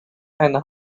and